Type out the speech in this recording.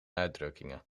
uitdrukkingen